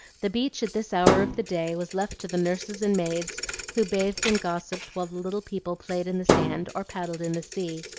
the beach at this hour of the day was left to the nurses and maids who bathed and gossiped while the little people played in the sand or paddled in the sea.